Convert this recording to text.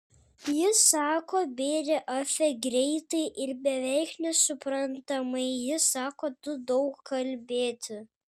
ji sako bėrė afe greitai ir beveik nesuprantamai ji sako tu daug kalbėti